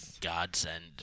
godsend